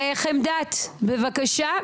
חמדת, בבקשה.